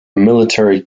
military